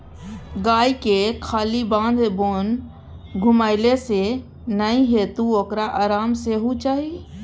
गायके खाली बाध बोन घुमेले सँ नै हेतौ ओकरा आराम सेहो चाही